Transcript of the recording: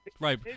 Right